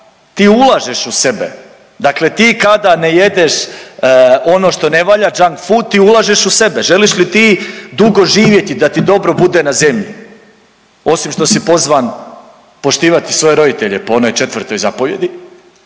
ti ulažeš u sebe, dakle ti kada ne jedeš ono što ne valja Junkfood ti ulažeš u sebe, želiš li ti dugo živjeti i da ti dobro bude na zemlji osim što si pozvan poštivati svoje roditelje po onoj 4. zapovjedi,